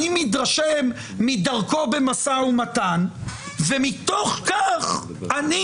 אני מתרשם מדרכו במשא ומתן ומתוך כך אני